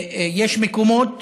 יש מקומות